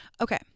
Okay